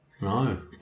No